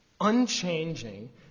unchanging